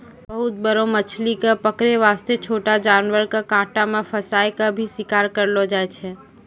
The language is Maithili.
बहुत बड़ो मछली कॅ पकड़ै वास्तॅ छोटो जानवर के कांटा मॅ फंसाय क भी शिकार करलो जाय छै